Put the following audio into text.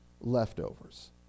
leftovers